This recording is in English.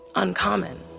uncommon.